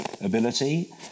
ability